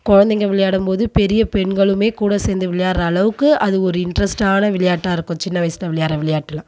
கொழந்தைங்க விளையாடும் போது பெரிய பெண்களுமே கூட சேர்ந்து விளையாடுற அளவுக்கு அது ஒரு இன்ட்ரஸ்ட்டான விளையாட்டாக இருக்கும் சின்ன வயசில் விளையாடுற விளையாட்டெல்லாம்